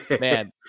man